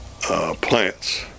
plants